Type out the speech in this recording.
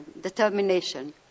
determination